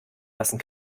lassen